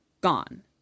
Gone